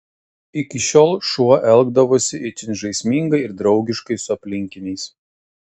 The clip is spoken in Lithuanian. iki šiol šuo elgdavosi itin žaismingai ir draugiškai su aplinkiniais